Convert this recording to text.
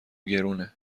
گرونه